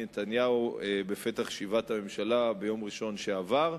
נתניהו בפתח ישיבת הממשלה ביום ראשון שעבר,